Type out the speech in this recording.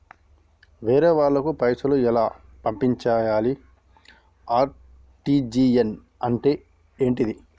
వేరే వాళ్ళకు పైసలు ఎలా పంపియ్యాలి? ఆర్.టి.జి.ఎస్ అంటే ఏంటిది?